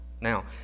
Now